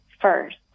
first